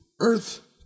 Earth